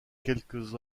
quelques